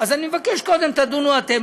אז אני מבקש: קודם תדונו אתם.